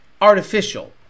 artificial